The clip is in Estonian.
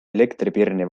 elektripirni